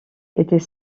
était